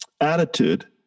attitude